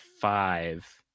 five